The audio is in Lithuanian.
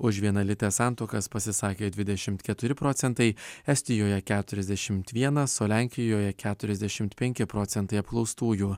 už vienalytes santuokas pasisakė dvidešimt keturi estijoje keturiasdešimt vienas o lenkijoje keturiasdešimt penki procentai apklaustųjų